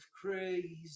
crazy